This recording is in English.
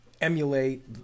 emulate